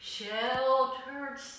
Sheltered